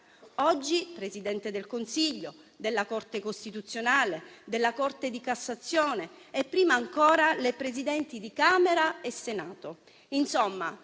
Oggi Presidente del Consiglio, della Corte costituzionale, della Corte di Cassazione e, prima ancora, Presidenti di Camera e Senato.